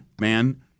man